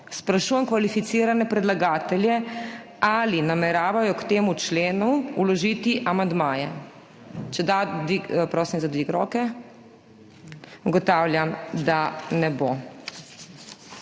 Sprašujem kvalificirane predlagatelje, ali nameravajo k temu členu vložiti amandmaje. Če da, prosim za dvig roke. Ugotavljam, da ne,